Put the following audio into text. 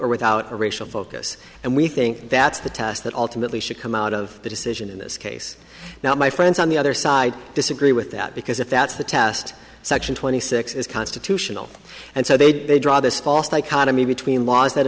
or without a racial focus and we think that's the test that ultimately should come out of the decision in this case now my friends on the other side disagree with that because if that's the test section twenty six is constitutional and so they they draw this false dichotomy between laws that